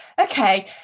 okay